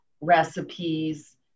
recipes